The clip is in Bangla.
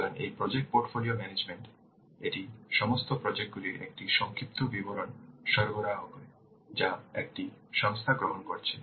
সুতরাং এই প্রজেক্ট পোর্টফোলিও ম্যানেজমেন্ট এটি সমস্ত প্রজেক্ট গুলির একটি সংক্ষিপ্ত বিবরণ সরবরাহ করে যা একটি সংস্থা গ্রহণ করছে